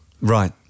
Right